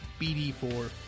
BD4